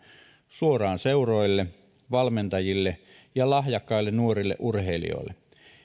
suoraan seuroille valmentajille ja lahjakkaille nuorille urheilijoille